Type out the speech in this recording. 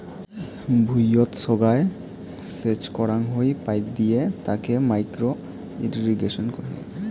ভুঁইয়ত সোগায় সেচ করাং হই পাইপ দিয়ে তাকে মাইক্রো ইর্রিগেশন কহে